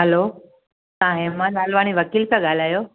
हलो तव्हां हेमां लालवानी वकील था ॻाल्हायो